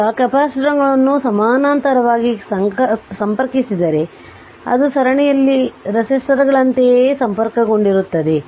ಈಗ ಕೆಪಾಸಿಟರ್ಗಳನ್ನು ಸಮಾನಾಂತರವಾಗಿ ಸಂಪರ್ಕಿಸಿದರೆ ಅದು ಸರಣಿಯಲ್ಲಿ ರೆಸಿಸ್ಟರ್ಗಳಂತೆಯೇ ಸಂಪರ್ಕಗೊಂಡಿರುತ್ತದೆ